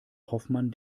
hoffmann